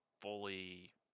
fully